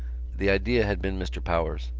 the idea had been mr. power's,